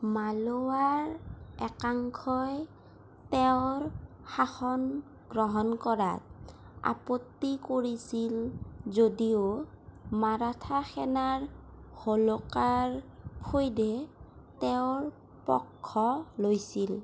মালোৱাৰ একাংশই তেওঁৰ শাসন গ্ৰহণ কৰাত আপত্তি কৰিছিল যদিও মাৰাঠা সেনাৰ হোলোকাৰ ফৈদে তেওঁৰ পক্ষ লৈছিল